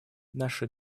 наша